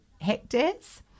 Hectares